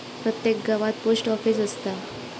प्रत्येक गावात post office असता